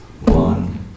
one